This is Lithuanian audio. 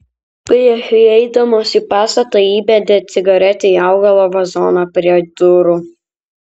prieš įeidamas į pastatą įbedė cigaretę į augalo vazoną prie durų